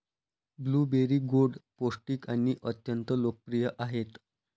blueberry गोड, पौष्टिक आणि अत्यंत लोकप्रिय आहेत